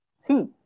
See